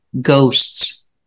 Ghosts